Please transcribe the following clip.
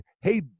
Hey